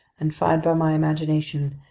and fired by my imagination,